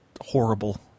horrible